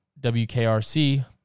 WKRC